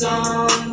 on